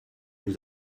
vous